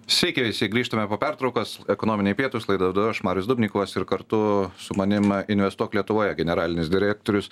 sveiki visi grįžtame po pertraukos ekonominiai pietūs laidą vedu aš marius dubnikovas ir kartu su manim investuok lietuvoje generalinis direktorius